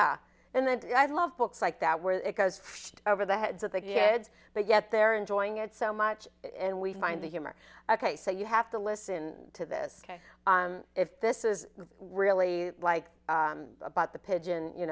yeah and then i love books like that where it goes over the heads of the kids but yet they're enjoying it so much and we find the humor ok so you have to listen to this if this is really like about the